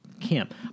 camp